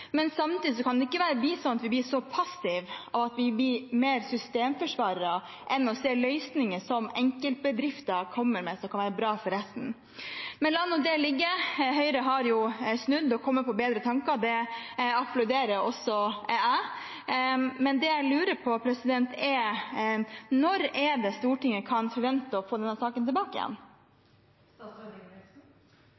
men samtidig kan vi ikke bli så passive at vi blir mer systemforsvarere og ikke ser løsninger som enkeltbedrifter kommer med, som kan være bra for resten. La nå det ligge. Høyre har snudd og kommet på bedre tanker. Det applauderer også jeg, men det jeg lurer på, er: Når kan Stortinget forvente å få denne saken tilbake igjen?